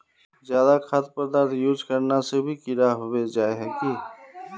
ज्यादा खाद पदार्थ यूज करना से भी कीड़ा होबे जाए है की?